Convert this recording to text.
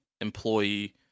employee